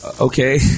okay